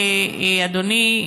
אדוני,